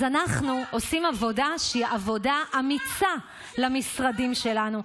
אז אנחנו עושים עבודה שהיא עבודה אמיצה למשרדים שלנו,